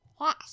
Yes